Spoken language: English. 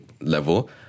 level